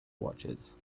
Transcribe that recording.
watches